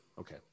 Okay